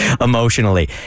emotionally